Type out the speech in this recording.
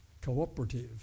cooperative